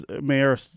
Mayor